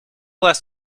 last